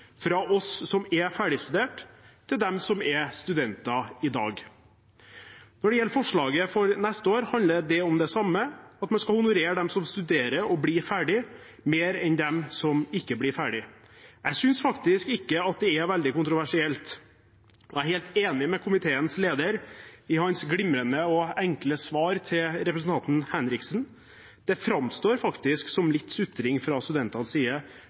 fra oss som er ferdigstudert, til dem som er studenter i dag. Når det gjelder forslaget for neste år, handler det om det samme, at man skal honorere dem som studerer og blir ferdig, mer enn dem som ikke blir ferdig. Jeg synes faktisk ikke at det er veldig kontroversielt, og jeg er helt enig med komiteens leder i hans glimrende og enkle svar til representanten Henriksen. Det framstår faktisk som litt sutring fra studentenes side